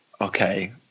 okay